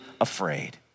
afraid